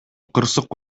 кырсык